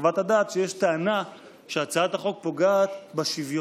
בחוות הדעת שיש טענה שהצעת החוק פוגעת בשוויון.